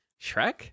shrek